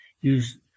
use